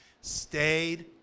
stayed